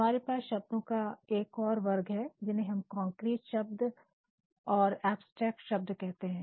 हमारे पास शब्दों का एक और वर्ग है जिन्हें हमकंक्रीट शब्द और एब्स्ट्रैक्ट शब्द कहते हैं